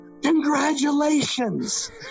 Congratulations